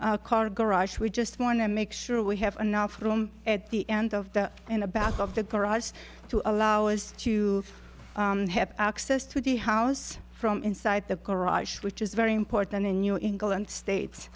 car garage we just want to make sure we have enough room at the end of the in the back of the garage to allow us to have access to the house from inside the garage which is very important in new england states